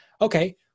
Okay